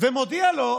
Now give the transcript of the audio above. ומודיע לו,